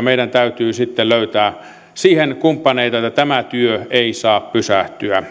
meidän täytyy sitten löytää siihen kumppaneita että tämä työ ei saa pysähtyä